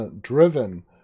driven